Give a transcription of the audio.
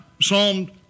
Psalm